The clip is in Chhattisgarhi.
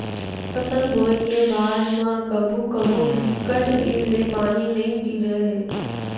फसल बोये के बाद म कभू कभू बिकट दिन ले पानी नइ गिरय